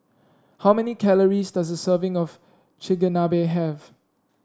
how many calories does a serving of Chigenabe have